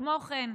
כמו כן,